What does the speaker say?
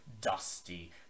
Dusty